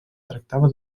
tractava